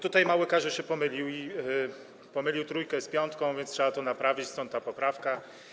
Tutaj mały Kazio się pomylił, pomylił trójkę z piątką, więc trzeba to naprawić, stąd ta poprawka.